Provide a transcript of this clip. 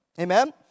amen